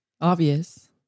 Obvious